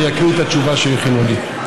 אני אקריא את התשובה שהכינו לי.